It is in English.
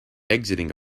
exiting